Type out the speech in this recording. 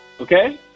okay